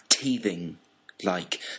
teething-like